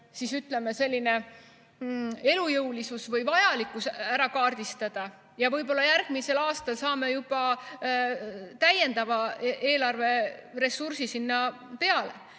ütleme, elujõulisus või vajalikkus ära kaardistada. Võib-olla järgmisel aastal saame juba täiendava eelarveressursi sinna peale.